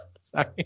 Sorry